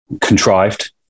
contrived